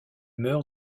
meurt